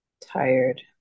Tired